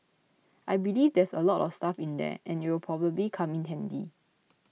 I believe there's a lot of stuff in there and it'll probably come in handy